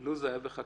לו זה היה בחקיקה,